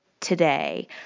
today